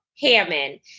Hammond